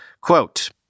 Quote